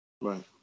Right